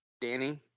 Danny